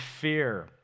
fear